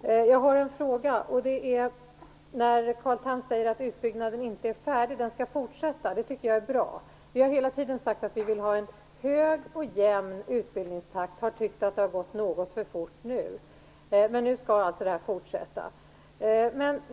Jag vill ställa en fråga. Carl Tham säger att utbyggnaden inte är färdig utan skall fortsätta. Jag tycker att det är bra. Vi har hela tiden sagt att vi vill ha en hög och jämn utbildningstakt, och vi har tyckt att det nu har gått något för fort. Men nu skall det alltså fortsätta.